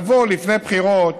לבוא לפני בחירות